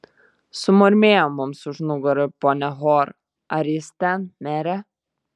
sumurmėjo mums už nugarų ponia hor ar jis ten mere